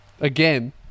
Again